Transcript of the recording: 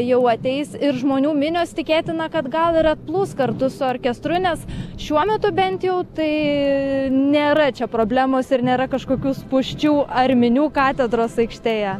jau ateis ir žmonių minios tikėtina kad gal ir atplūs kartu su orkestru nes šiuo metu bent jau tai nėra čia problemos ir nėra kažkokių spūsčių ar minių katedros aikštėje